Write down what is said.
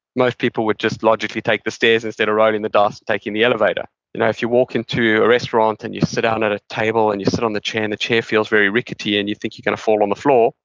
most people would just logically take the stairs instead of riding the dust, taking the elevator you know if you walk into a restaurant and you sit down at a table and you sit on the chair and the chair feels very rickety and you think you're going to fall on the floor,